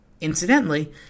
Incidentally